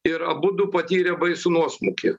ir abudu patyrė baisų nuosmukį